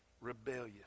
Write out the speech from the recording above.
rebellious